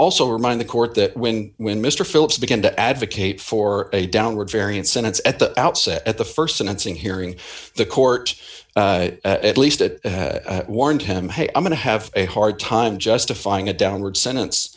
also remind the court that when when mr phillips began to advocate for a downward variance sentence at the outset at the st announcing hearing the court at least it warned him hey i'm going to have a hard time justifying a downward sentence